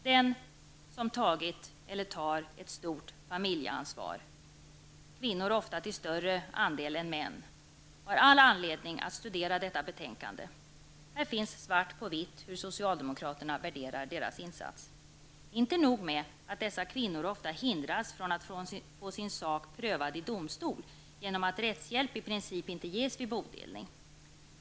Den som tagit eller tar ett stort familjeansvar, kvinnor ofta till större andel än män, har all anledning att studera detta betänkande. Här finns svart på vitt på hur socialdemokraterna värderar deras insats. Inte nog med att dessa kvinnor ofta hindras från att få sin sak prövad i domstol genom att rättshjälp i princip inte ges för bodelning.